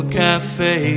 cafe